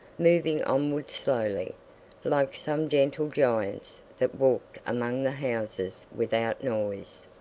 moving onward slowly like some gentle giants that walked among the houses without noise.